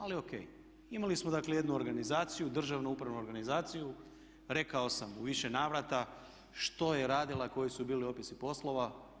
Ali ok, imali smo dakle jednu organizaciju državnu upravnu organizaciju, rekao sam u više navrata što je radila i koji su bili opisi poslova.